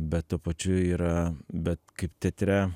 bet tuo pačiu yra bet kaip teatre